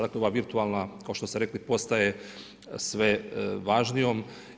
Dakle, ova virtualna, kao što ste rekli, postaje sve važnijom.